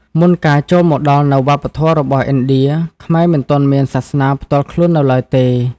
មុនការចូលមកដល់នូវវប្បធម៌របស់ឥណ្ឌា ខ្មែរមិនទាន់មានសាសនាផ្ទាល់ខ្លួននៅឡើយទេ។